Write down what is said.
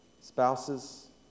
spouses